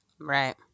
Right